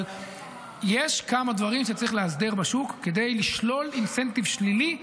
אבל יש כמה דברים שצריך לאסדר בשוק כדי לשלול אינסנטיב שלילי.